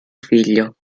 figlio